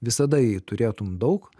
visada jei turėtum daug